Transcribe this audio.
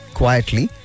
quietly